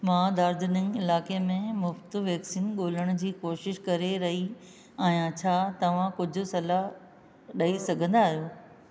मां दार्ज़िलिंग इलाइक़े में मुफ़्त वैक्सीन ॻोल्हण जी कोशिशि करे रही आहियां छा तव्हां कुझु सलाहु ॾेई सघंदा आहियो